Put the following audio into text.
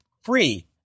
free